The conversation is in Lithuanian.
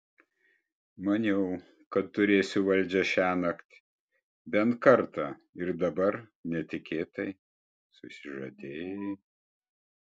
maniau kad turėsiu valdžią šiąnakt bent kartą ir dabar netikėtai susižadėjai